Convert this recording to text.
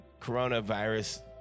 coronavirus